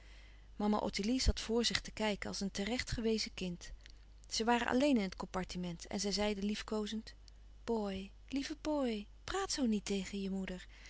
mama ottilie zat voor zich te kijken als een terecht gewezen kind zij waren alleen in het compartiment en zij zeide liefkoozend boy lieve boy praat zoo niet tegen je moeder